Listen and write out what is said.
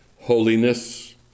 Holiness